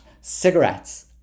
cigarettes